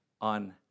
on